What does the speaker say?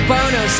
Bono